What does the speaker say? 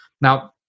Now